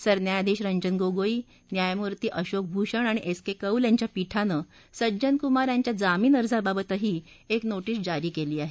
सरन्यायाधीश रंजन गोगोई न्यायमूर्ती अशोक भूषण आणि एस के कौल यांच्या पीठानं सज्जन कुमार यांच्या जामीन अर्जाबाबतही एक नोटीस जारी केली आहे